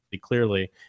clearly